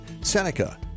Seneca